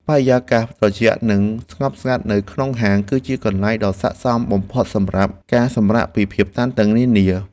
បរិយាកាសត្រជាក់ និងស្ងប់ស្ងាត់នៅក្នុងហាង គឺជាកន្លែងដ៏ស័ក្តិសមបំផុតសម្រាប់ការសម្រាកពីភាពតានតឹងនានា។